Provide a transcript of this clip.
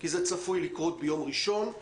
כי זה צפוי לקרות ביום ראשון,